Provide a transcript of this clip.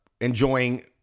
enjoying